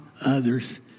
others